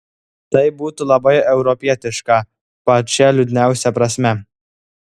tai būtų labai europietiška pačia liūdniausia prasme